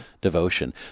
devotion